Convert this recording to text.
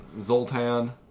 Zoltan